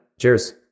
cheers